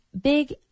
big